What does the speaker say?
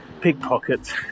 Pickpockets